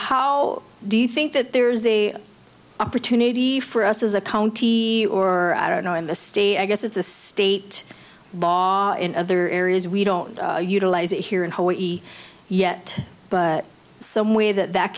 how do you think that there's a opportunity for us as a county or i don't know in the state i guess it's a state law in other areas we don't utilize it here in hawaii yet but some way that that